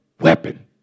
weapon